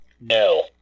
No